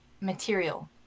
material